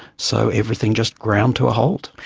so everything just ground to a halt.